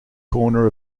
corner